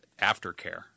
aftercare